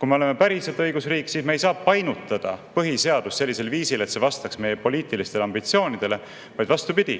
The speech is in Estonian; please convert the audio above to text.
Kui me oleme päriselt õigusriik, siis me ei saa painutada põhiseadust sellisel viisil, et see vastaks meie poliitilistele ambitsioonidele, vaid siis on vastupidi: